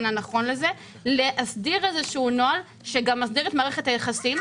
הנכון להסדיר נוהל שגם מסדיר את מערכת היחסים.